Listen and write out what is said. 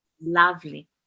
Lovely